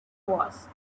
was